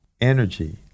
energy